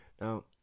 Now